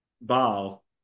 Baal